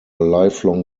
lifelong